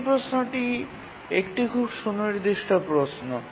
তৃতীয় প্রশ্নটি একটি খুব নির্দিষ্ট প্রশ্ন